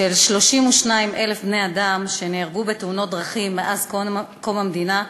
של 32,000 בני-אדם שנהרגו בתאונות דרכים מאז קום המדינה,